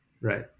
Right